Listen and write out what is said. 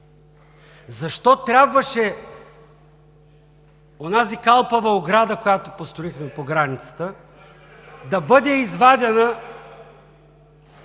Защо трябваше онази калпава ограда, която построихме по границата да бъде извадена